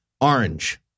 orange